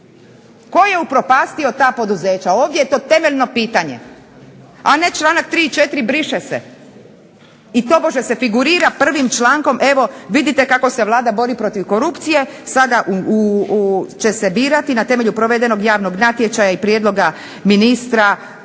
Tko je upropastio ta poduzeća, ovdje je to temeljeno pitanje, a ne stavak 3. i 4. briše se i tobože se figurira prvim člankom, evo vidite kako se Vlada bori protiv korupcije, sada će se birati na temelju provedenog javnog natječaja i prijedloga ministra,